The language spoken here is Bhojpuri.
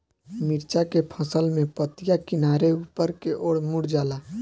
मिरचा के फसल में पतिया किनारे ऊपर के ओर मुड़ जाला?